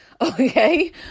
Okay